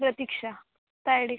Pratiksha Tayde